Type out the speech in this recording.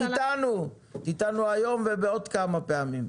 את אתנו היום ובעוד כמה דיונים.